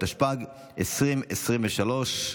התשפ"ג 2023,